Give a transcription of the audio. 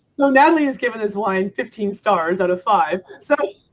so natalie has given this wine fifteen stars out of five. so